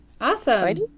awesome